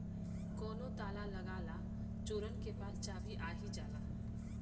कउनो ताला लगा ला चोरन के पास चाभी आ ही जाला